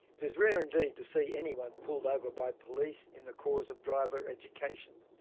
it is rare indeed to see anyone pulled over by police in the cause of driver education.